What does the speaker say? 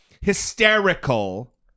hysterical